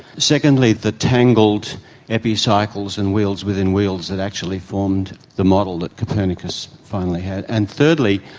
secondly, the tangled epicycles and wheels within wheels that actually formed the model that copernicus finally had. and thirdly,